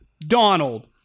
Donald